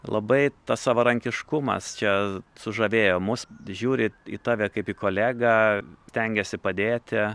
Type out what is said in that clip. labai tas savarankiškumas čia sužavėjo mus žiūri į tave kaip į kolegą stengiasi padėti